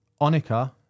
Onika